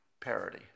parity